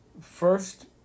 first